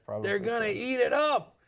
they are going to eat it up.